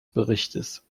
berichts